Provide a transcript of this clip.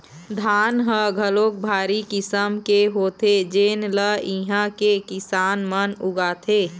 धान ह घलोक भारी किसम के होथे जेन ल इहां के किसान मन उगाथे